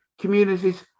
communities